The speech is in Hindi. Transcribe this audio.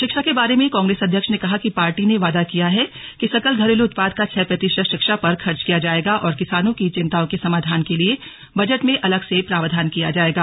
शिक्षा के बारे में कांग्रेस अध्यक्ष ने कहा कि पार्टी ने वादा किया है कि सकल घरेलू उत्पाद का छह प्रतिशत शिक्षा पर खर्च किया जाएगा और किसानों की चिंताओं के समाधान के लिए बजट में अलग से प्रावधान किया जाएगा